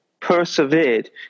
persevered